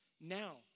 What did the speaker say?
Now